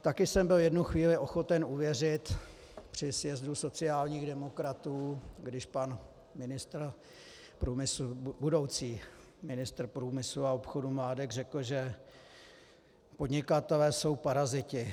Také jsem byl jednu chvíli ochoten uvěřit při sjezdu sociálních demokratů, když pan ministr průmyslu, budoucí ministr průmysl a obchodu Mládek řekl, že podnikatelé jsou paraziti.